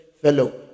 fellow